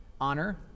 Honor